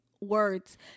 words